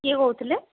କିଏ କହୁଥିଲେ